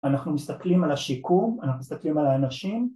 ‫אנחנו מסתכלים על השיקום, ‫אנחנו מסתכלים על האנשים.